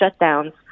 shutdowns